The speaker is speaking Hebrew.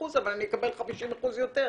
25% אבל אקבל 50% יותר,